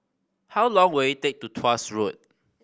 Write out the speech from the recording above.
how long will it take to Tuas Road